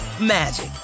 magic